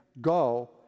go